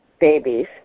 babies